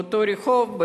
באותו רחוב,